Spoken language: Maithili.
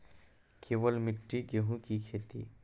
केवल मिट्टी गेहूँ की खेती?